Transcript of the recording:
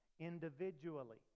individually